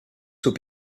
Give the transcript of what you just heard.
would